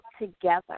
together